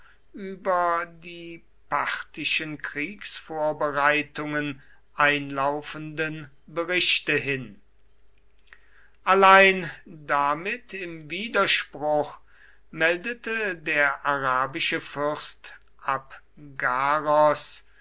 über die parthischen kriegsvorbereitungen einlaufender berichte hin allein damit im widerspruch meldete der arabische fürst abgaros